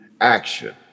action